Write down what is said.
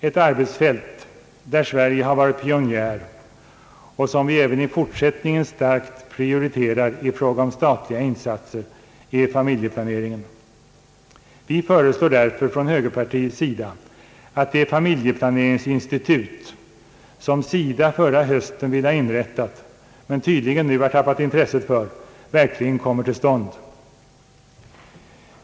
Ett arbetsfält där Sverige har varit pionjär och som vi även i fortsättningen starkt prioriterar i fråga om de statliga insatserna är familjeplaneringen. Vi föreslår därför från högerpartiet att det familjeplaneringsinstitut, som SIDA förra hösten ville ha inrättat men tydligen nu har tappat intresset för, verkligen kommer till stånd.